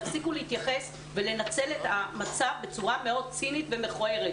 תפסיקו להתייחס ולנצל את המצב בצורה מאוד צינית ומכוערת,